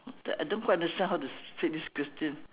I don't quite understand how to say this question